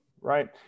right